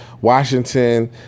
washington